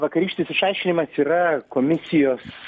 vakarykštis išaiškinimas yra komisijos